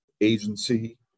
agency